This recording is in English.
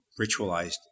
ritualized